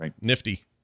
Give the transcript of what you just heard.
nifty